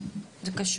זה קשור.